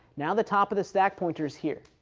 now the top of the stack pointers here.